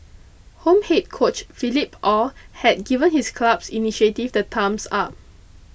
home head coach Philippe Aw has given his club's initiative the thumbs up